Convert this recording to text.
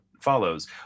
follows